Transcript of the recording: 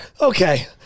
okay